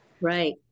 Right